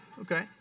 okay